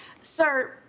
Sir